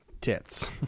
tits